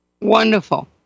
Wonderful